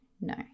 no